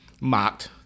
mocked